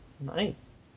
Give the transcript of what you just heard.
Nice